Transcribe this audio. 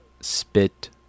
spit